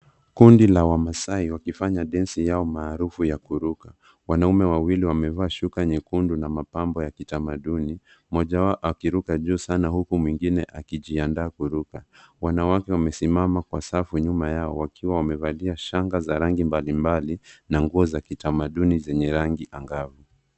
Kundi la wamasai wakifanya densi yao maarufu ya kuruka. Wanaume wawili wamevaa shuka nyekundu na mapambo ya kitamaduni, mmoja wao akiruka juu sana huku mwingine akijiandaa kuruka. Wanawake wamesimama kwa safu nyuma yao wakiwa wamevalia shanga za rangi mbalimbali na nguo za kitamaduni zenye rangi angavu.